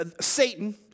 Satan